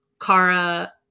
Kara